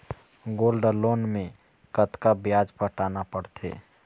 Gold loan मे कतका ब्याज पटाना पड़थे?